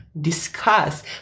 discuss